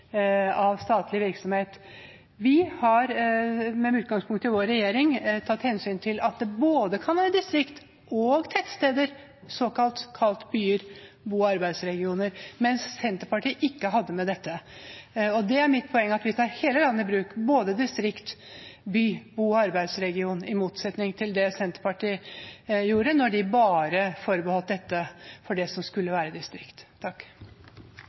av statlig virksomhet. Vi har – med utgangspunkt i vår regjering – tatt hensyn til at det kan være både distrikter og tettsteder, kalt byer og bo- og arbeidsregioner, mens Senterpartiet ikke hadde med dette. Mitt poeng er at vi tar hele landet i bruk – både distrikt, by og bo- og arbeidsregion – i motsetning til det Senterpartiet gjorde, når de bare forbeholdt dette for det som skulle være distrikt.